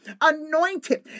anointed